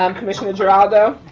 um commissioner geraldo.